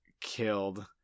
killed